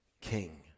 King